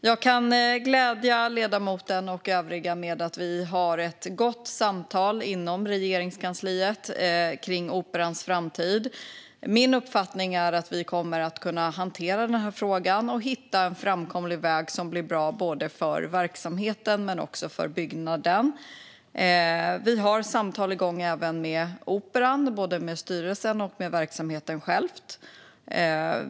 Jag kan glädja ledamoten och övriga med att vi har ett gott samtal inom Regeringskansliet om Operans framtid. Min uppfattning är att vi kommer att kunna hantera denna fråga och hitta en framkomlig väg som blir bra både för verksamheten och för byggnaden. Vi har även samtal igång med Operan, både med styrelsen och med verksamheten själv.